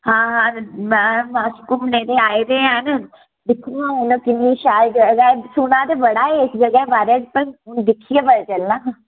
हां हां मैम अस घूमने ते आए दे हैन दिक्खने आं किन्नी शैल जगह एह् सुने दा ते बड़ा ऐ इस जगह दे बारे च पर हून दिक्खियै पता चलना